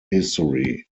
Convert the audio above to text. history